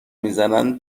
میزنن